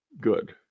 good